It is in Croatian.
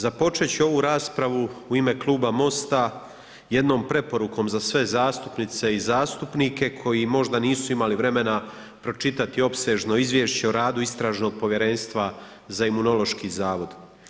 Započeti ću ovu raspravu u ime Kluba MOST-a jednom preporukom za sve zastupnice i zastupnike koji možda nisu imali vremena pročitati opsežno izvješće o radu Istražnog povjerenstva za Imunološki zavod.